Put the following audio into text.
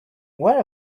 where